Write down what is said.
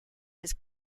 his